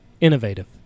innovative